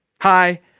hi